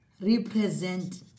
represent